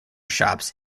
shops